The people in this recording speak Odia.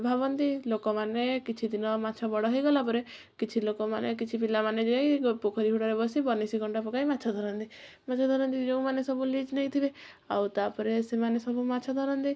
ଭାବନ୍ତି ଲୋକମାନେ କିଛିଦିନ ମାଛ ବଡ଼ ହେଇଗଲା ପରେ କିଛି ଲୋକମାନେ କିଛି ପିଲାମାନେ ଯାଇ ପୋଖରୀ ହୁଡ଼ାରେ ବସି ବନିଶୀ କଣ୍ଟା ପକାଇ ମାଛ ଧରନ୍ତି ମାଛ ଧରନ୍ତି ଯେଉଁମାନେ ସବୁ ଲିଜ୍ ନେଇଥିବେ ଆଉ ତା'ପରେ ସେମାନେ ସବୁ ମାଛ ଧରନ୍ତି